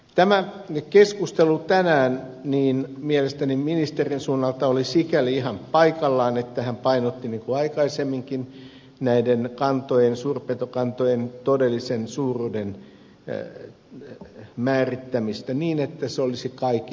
tämä keskustelu oli mielestäni tänään ministerin suunnalta sikäli ihan paikallaan että hän painotti niin kuin aikaisemminkin suurpetokantojen todellisen suuruuden määrittämistä niin että se olisi kaikille selvä